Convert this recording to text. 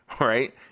Right